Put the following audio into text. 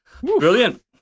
Brilliant